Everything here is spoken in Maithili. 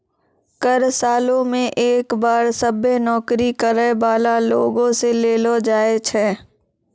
कर सालो मे एक बार सभ्भे नौकरी करै बाला लोगो से लेलो जाय छै